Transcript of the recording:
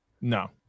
no